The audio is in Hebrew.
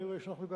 אני רואה שאנחנו,